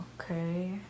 Okay